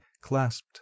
clasped